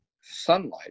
sunlight